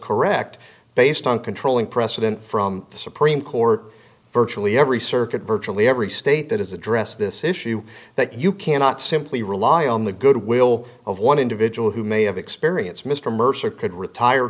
correct based on controlling precedent from the supreme court virtually every circuit virtually every state that has addressed this issue that you cannot simply rely on the goodwill of one individual who may have experience mr mercer could retire